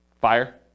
Fire